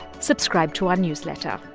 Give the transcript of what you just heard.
subscribe to our newsletter.